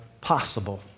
possible